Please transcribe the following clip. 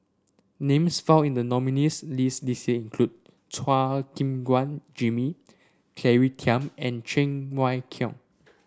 names found in the nominees' list this year include Chua Gim Guan Jimmy Claire Tham and Cheng Wai Keung